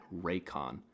Raycon